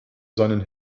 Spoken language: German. seinen